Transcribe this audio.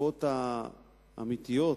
ההתקפות האמיתיות,